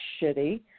shitty